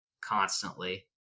constantly